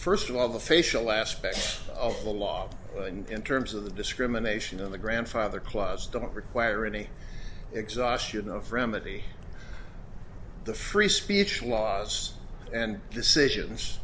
first of all the facial aspects of the law in terms of the discrimination on the grandfather clause don't require any exhaustion of from a t the free speech laws and decisions